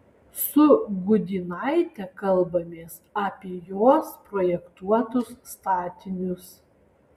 su gudynaite kalbamės apie jos projektuotus statinius